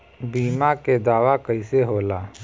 बीमा के दावा कईसे होला?